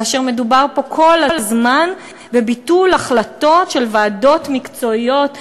כאשר מדובר פה כל הזמן בביטול החלטות של ועדות מקצועיות.